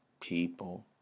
people